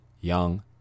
young